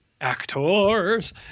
Actors